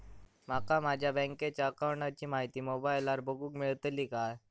माका माझ्या बँकेच्या अकाऊंटची माहिती मोबाईलार बगुक मेळतली काय?